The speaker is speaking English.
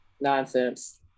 nonsense